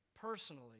personally